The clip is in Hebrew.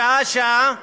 שעה-שעה,